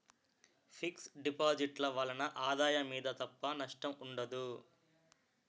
fix deposit ల వలన ఆదాయం మీద తప్ప నష్టం ఉండదు